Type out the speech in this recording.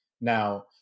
Now